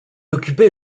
occupait